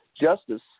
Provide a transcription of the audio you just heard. justice